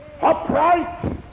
upright